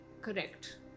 correct